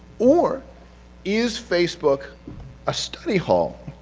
or is facebook a study hall,